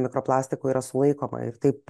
mikroplastiko yra sulaikoma ir taip